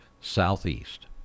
southeast